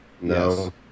No